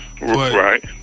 Right